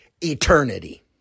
eternity